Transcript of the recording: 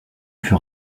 fut